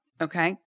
okay